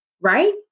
Right